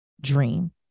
dream